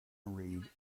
reed